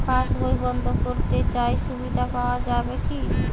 পাশ বই বন্দ করতে চাই সুবিধা পাওয়া যায় কি?